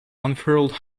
unfurled